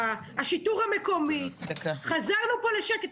השיטור המקומי חזרנו לשקט.